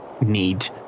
need